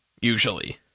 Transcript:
usually